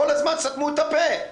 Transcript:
כל הזמן סתמו את הפה.